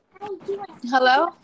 Hello